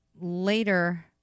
later